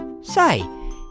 Say